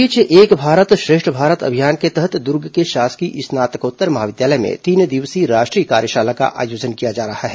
इस बीच एक भारत श्रेष्ठ भारत अभियान के तहत दुर्ग के शासकीय स्नातकोत्तर महाविद्यालय में तीन दिवसीय राष्ट्रीय कार्यशाला का आयोजन किया जा रहा है